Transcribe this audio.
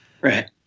right